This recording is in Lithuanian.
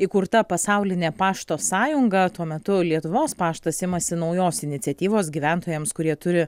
įkurta pasaulinė pašto sąjunga tuo metu lietuvos paštas imasi naujos iniciatyvos gyventojams kurie turi